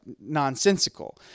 nonsensical